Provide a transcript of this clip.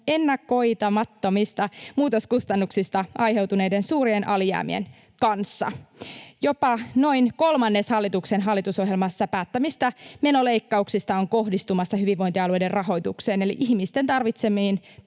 ennakoimattomista muutoskustannuksista aiheutuneiden suurien alijäämien kanssa. Jopa noin kolmannes hallituksen hallitusohjelmassa päättämistä menoleikkauksista on kohdistumassa hyvinvointialueiden rahoitukseen eli ihmisten tarvitsemiin